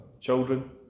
children